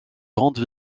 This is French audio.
grandes